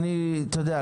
אתה יודע,